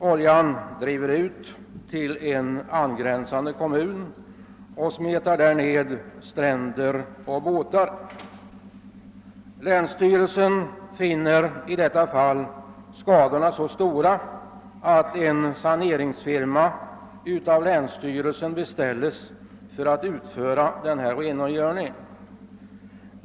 Oljan drev ut till en angränsande kommun och smetade där ner stränder och båtar. Länsstyrelsen finner i detta fall skadorna så stora att den anlitar en saneringsfirma för att utföra rengöringen.